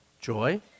joy